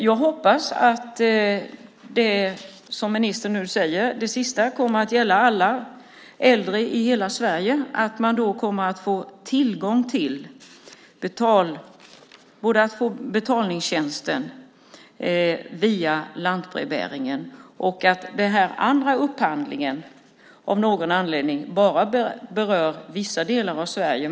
Jag hoppas att det som ministern nu säger kommer att gälla alla äldre i hela Sverige som då kommer att få tillgång till betalningstjänster via lantbrevbäringen, och att den andra upphandlingen av någon anledning bara berör vissa delar av Sverige.